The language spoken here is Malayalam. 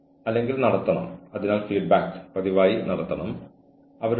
കഴിയുന്നിടത്തോളം വിശദമായ ഡോക്യുമെന്റേഷൻ സൂക്ഷിക്കുക